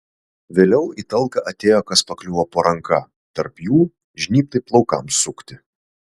vėliau į talką atėjo kas pakliuvo po ranka tarp jų žnybtai plaukams sukti